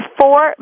four